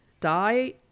die